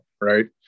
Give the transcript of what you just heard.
right